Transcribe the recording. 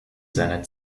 seiner